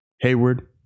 Hayward